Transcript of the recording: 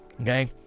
Okay